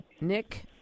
Nick